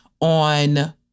on